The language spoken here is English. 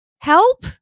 help